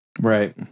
Right